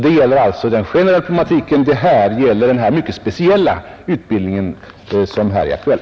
Där gäller det alltså den generella problematiken, medan det här gäller den mycket speciella utbildning som nu är aktuell.